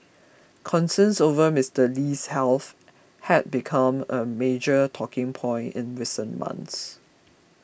concerns over Mister Lee's health had become a major talking point in recent months